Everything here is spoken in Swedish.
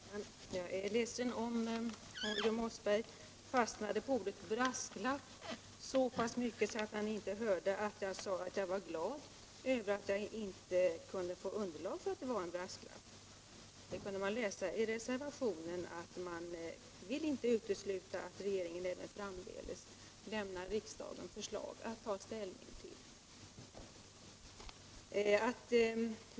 Herr talman! Jag är ledsen om herr Mossberg fastnade på ordet ”brasklapp” så pass mycket att han inte hörde att jag sade att jag var glad över att inte kunna få underlag för att det var fråga om en brasklapp. Man kunde ju läsa i reservationen att reservanterna inte vill utesluta att regeringen även framdeles kan lämna riksdagen förslag att ta ställning till.